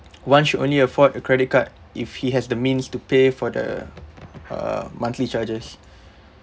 one should only afford a credit card if he has the means to pay for the uh monthly charges